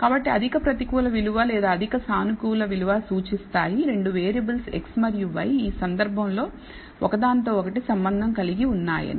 కాబట్టి అధిక ప్రతికూల విలువ లేదా అధిక సానుకూల విలువ సూచిస్తాయి 2 వేరియబుల్స్ x మరియు y ఈ సందర్భంలో ఒకదానితో ఒకటి సంబంధం కలిగి ఉన్నాయని